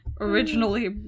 Originally